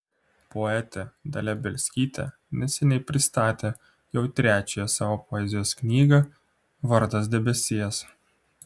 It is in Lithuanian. poetė dalia bielskytė neseniai pristatė jau trečiąją savo poezijos knygą vardas debesies